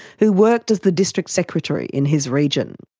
who worked as the district secretary in his region.